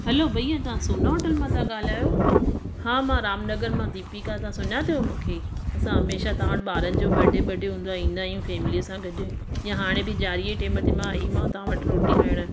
हलो भइया तव्हां सूनो होटल मां त ॻाल्हायो हा मां रामनगर मां दीपिका तव्हां सुञातो मूंखे असां हमेशह तव्हां वटि ॿारनि जो बर्डे वडे हूंदो आहे ईंदा आहियूं फ़ैमिलीअ सां गॾु या हाणे बि ॾियारी ते टाइम ते आई मां तव्हां वटि रोटी खाइणु